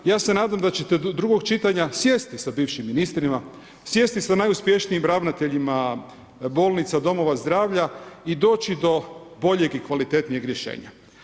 Ja se nadam da ćete do drugog čitanja sjesti sa bivšim ministrima, sjesti sa najuspješnijim ravnateljima bolnica, domova zdravlja i doći do boljeg i kvalitetnijeg rješenja.